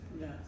Yes